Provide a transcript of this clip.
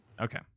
okay